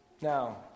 Now